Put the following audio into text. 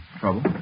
trouble